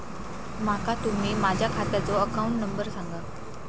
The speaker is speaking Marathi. माका तुम्ही माझ्या खात्याचो अकाउंट नंबर सांगा?